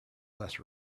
less